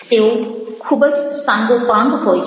તેઓ ખૂબ જ સાંગોપાંગ હોય છે